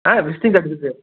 ஆ visiting card இருக்கு